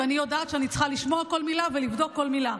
ואני יודעת שאני צריכה לשמוע כל מילה ולבדוק כל מילה.